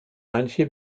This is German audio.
manche